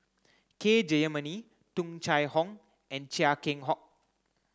K Jayamani Tung Chye Hong and Chia Keng Hock